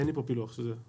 אין לי פה פילוח של זה.